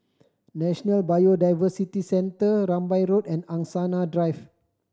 National Biodiversity Centre Rambai Road and Angsana Drive